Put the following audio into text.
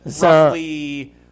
roughly –